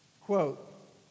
Quote